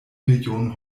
millionen